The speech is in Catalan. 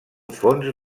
fons